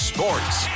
Sports